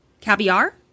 caviar